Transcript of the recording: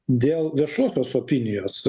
dėl viešosios opinijos